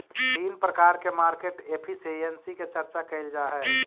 तीन प्रकार के मार्केट एफिशिएंसी के चर्चा कैल जा हई